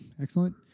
Excellent